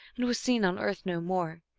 and was seen on earth no more.